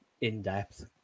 In-depth